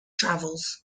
travels